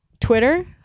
Twitter